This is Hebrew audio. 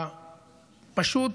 הפשוט,